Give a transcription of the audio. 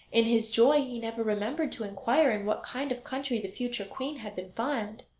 in his joy he never remembered to inquire in what kind of country the future queen had been found.